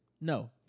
No